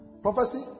Prophecy